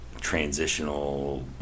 transitional